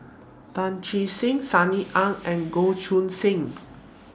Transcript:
Tan Che Sang Sunny Ang and Goh Choo San